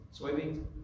soybeans